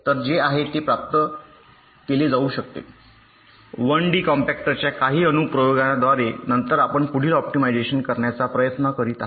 तर जे आहे ते प्राप्त केले जाऊ शकते 1 डी कॉम्पॅक्टरच्या काही अनुप्रयोगांद्वारे नंतर आपण पुढील ऑप्टिमायझेशन करण्याचा प्रयत्न करीत आहात